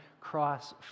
cross